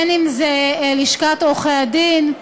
לשכת עורכי-הדין,